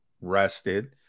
rested